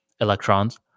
electrons